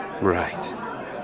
Right